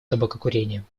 табакокурением